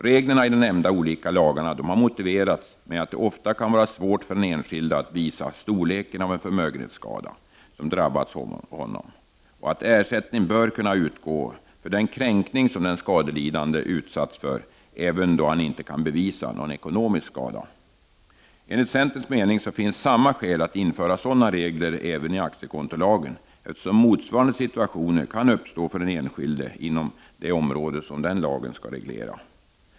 Reglerna i de nämnda olika lagarna har motiverats med att det ofta kan vara svårt för den enskilde att visa storleken av en förmögenhetsskada som drabbat honom och att ersättning bör kunna utgå för den kränkning som den skadelidande utsatts för även då han inte kan bevisa någon ekonomisk skada. Enligt centerns mening finns samma skäl att införa sådana regler även i aktiekontolagen, eftersom motsvarande situationer kan uppstå för den enskilde inom det område som denna lag skall reglera.